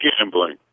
gambling